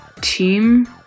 team